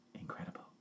Incredible